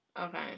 Okay